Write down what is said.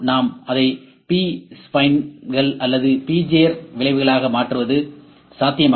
நாம் அதை பி ஸ்பைன்கள் அல்லது பெஜியர் வளைவுகளாக மாற்றுவது சாத்தியம் ஆகும்